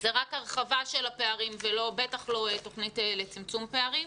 זאת רק הרחבה של הפערים ובטח לא תוכנית לצמצום פערים.